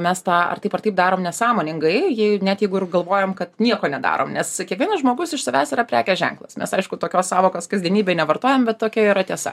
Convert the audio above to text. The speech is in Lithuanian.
mes tą ar taip ar taip darom nesąmoningai jį net jeigu ir galvojam kad nieko nedarom nes kiekvienas žmogus iš savęs yra prekės ženklas mes aišku tokios sąvokos kasdienybėj nevartojam bet tokia yra tiesa